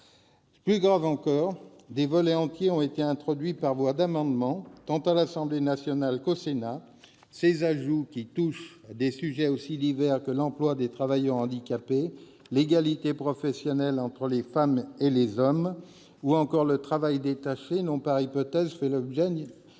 Plus grave encore : des volets entiers ont été introduits par voie d'amendement, tant à l'Assemblée nationale qu'au Sénat. Ces ajouts, touchant à des sujets aussi divers que l'emploi des travailleurs handicapés, l'égalité professionnelle entre les femmes et les hommes ou encore le travail détaché, n'ont, par hypothèse, fait l'objet